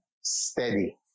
steady